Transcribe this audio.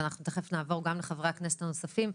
אנחנו תכף נעבור גם לחברי הכנסת הנוספים,